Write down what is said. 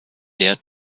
der